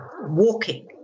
walking